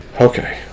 Okay